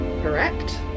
correct